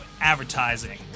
advertising